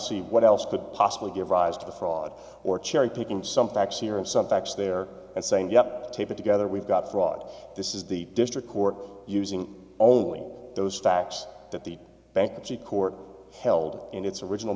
see what else could possibly give rise to fraud or cherry picking some facts here and some facts there and saying yep tape it together we've got fraud this is the district court using only those facts that the bankruptcy court held in its original